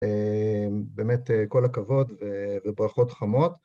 באמת כל הכבוד וברכות חמות.